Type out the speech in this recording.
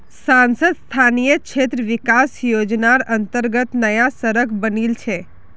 सांसद स्थानीय क्षेत्र विकास योजनार अंतर्गत नया सड़क बनील छै